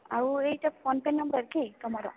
ଆଉ ଏଇଟା PhonePe' number କି ତୁମର